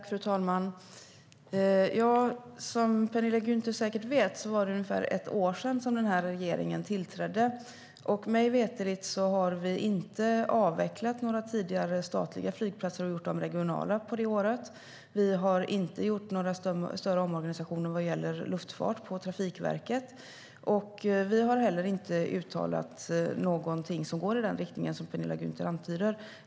Fru talman! Som Penilla Gunther säkert vet var det ungefär ett år sedan som den här regeringen tillträdde. Mig veterligt har vi inte avvecklat några tidigare statliga flygplatser och gjort dem regionala under detta år, och vi har inte gjort några större omorganisationer vad gäller luftfart på Trafikverket. Vi har heller inte uttalat någonting som går i den riktning som Penilla Gunther antyder.